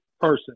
person